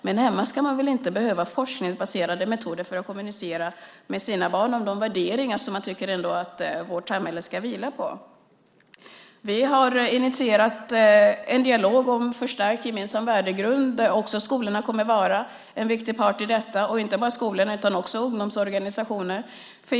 Men hemma ska man väl inte behöva forskningsbaserade metoder för att kommunicera med sina barn om de värderingar som man ändå tycker att vårt samhälle ska vila på. Vi har initierat en dialog om förstärkt gemensam värdegrund. Där kommer skolorna också att vara en viktig part, men inte bara skolorna utan också ungdomsorganisationer.